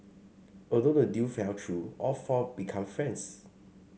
although the deal fell through all four become friends